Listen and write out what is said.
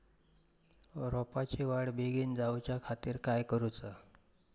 रोपाची वाढ बिगीन जाऊच्या खातीर काय करुचा?